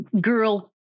girl